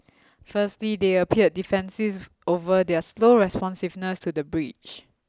firstly they appeared defensive over their slow responsiveness to the breach